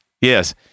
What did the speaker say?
yes